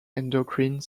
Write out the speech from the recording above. endocrine